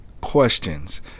questions